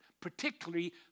particularly